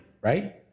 right